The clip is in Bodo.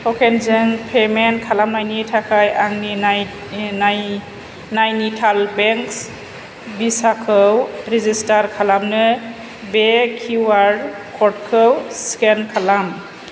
टकेनजों पेमेन्ट खालामनायनि थाखाय आंनि नाय नाय नाइनिटाल बेंक्स भिसाखौ रेजिस्टार खालामनो बे किउ आर कड खौ स्केन खालाम